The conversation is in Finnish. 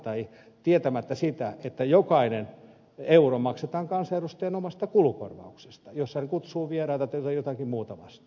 he eivät tiedä että jokainen euro maksetaan kansanedustajan omasta kulukorvauksesta jos kutsuu vieraita tai jotakin muuta vastaavaa